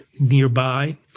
nearby